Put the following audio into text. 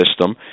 system –